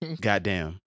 goddamn